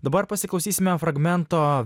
dabar pasiklausysime fragmento